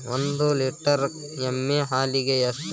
ಒಂದು ಲೇಟರ್ ಎಮ್ಮಿ ಹಾಲಿಗೆ ಎಷ್ಟು?